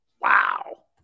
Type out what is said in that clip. wow